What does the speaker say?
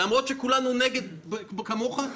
למרות שכולנו חושבים כמוך,